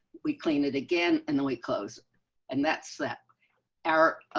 we clean it again and then we close and that set our